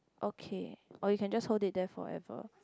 okay or you can just hold it there forever